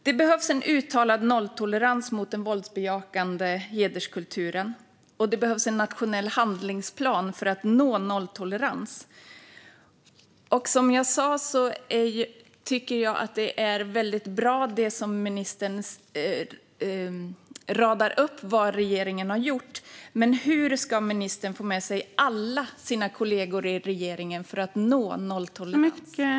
Det behövs en uttalad nolltolerans mot den våldsbejakande hederskulturen. Det behövs en nationell handlingsplan för att nå nolltolerans. Som jag sa tycker jag att det som ministern i svaret radar upp om vad regeringen har gjort är bra, men hur ska ministern få med sig alla sina kollegor i regeringen för att nå nolltolerans?